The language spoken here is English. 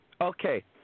Okay